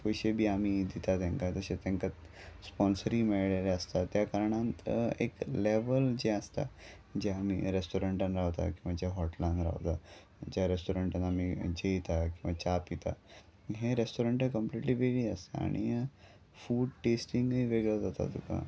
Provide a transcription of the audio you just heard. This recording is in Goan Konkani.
पयशे बी आमी दिता तेंका तशें तेंकां स्पोन्सरय मेळ्ळेले आसता त्या कारणान एक लॅवल जें आसता जे आमी रॅस्टोरंटान रावता किंवां ज्या हॉटेलान रावता ज्या रेस्टोरंटान आमी जेयता किंवा च्या पिता हें रॅस्टोरंटां कंप्लीटली वेगळी आसता आनी फूड टॅस्टींगय वेगळो जाता तुका